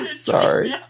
Sorry